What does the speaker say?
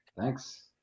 thanks